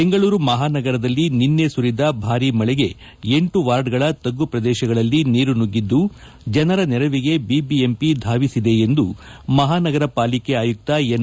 ಬೆಂಗಳೂರು ಮಹಾನಗರದಲ್ಲಿ ನಿನ್ನೆ ಸುರಿದ ಭಾರಿ ಮಳೆಗೆ ಎಂಟು ವಾರ್ಡ್ಗಳ ತಗ್ಗು ಪ್ರದೇತಗಳಲ್ಲಿ ನೀರು ನುಗಿದ್ದು ಜನರ ನೆರವಿಗೆ ಬಿಬಿಎಂಪಿ ಧಾವಿಸಿದೆ ಎಂದು ಮಹಾನಗರ ಪಾಲಿಕೆ ಆಯುಕ್ತ ಎನ್